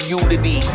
unity